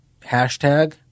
hashtag